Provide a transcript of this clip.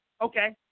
okay